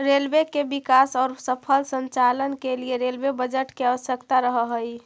railway के विकास औउर सफल संचालन के लिए रेलवे बजट के आवश्यकता रहऽ हई